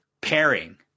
pairing